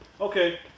Okay